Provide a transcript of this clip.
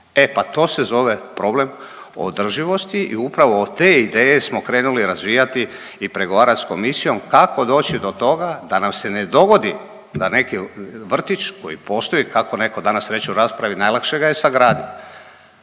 E pa to se zove problem održivosti i upravo od te ideje smo krenuli razvijati i pregovarat s Komisijom kako doći do toga da nam se ne dogodi da neki vrtić koji postoji kako neko danas reče u raspravi, najlakše ga je sagradit,